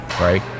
Right